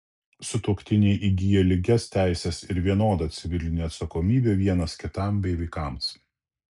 sutuoktiniai įgyja lygias teises ir vienodą civilinę atsakomybę vienas kitam bei vaikams